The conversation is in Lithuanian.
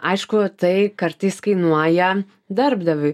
aišku tai kartais kainuoja darbdaviui